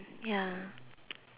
ya